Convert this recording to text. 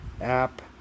app